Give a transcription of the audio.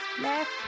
Left